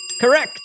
Correct